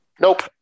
Nope